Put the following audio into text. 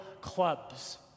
clubs